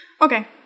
Okay